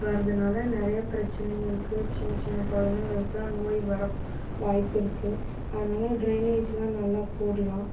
வரதுனால் நிறைய பிரச்சினை இருக்குது சின்ன சின்ன குழந்தைங்களுக்குலாம் நோய் வர வாய்ப்பிருக்குது அதனால் ட்ரைனேஜெலாம் நல்லா போடலாம்